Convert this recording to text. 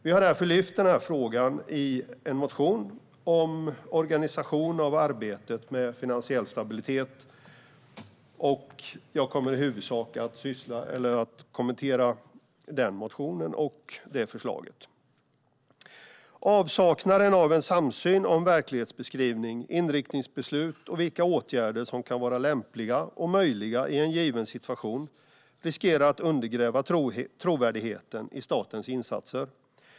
Vi har därför lyft upp frågan i en motion om organisation av arbetet med finansiell stabilitet. Jag kommer i huvudsak att kommentera den motionen och det förslaget. Avsaknaden av samsyn om verklighetsbeskrivning, inriktningsbeslut och vilka åtgärder som kan vara lämpliga och möjliga i en given situation riskerar att undergräva trovärdigheten i statens insatser.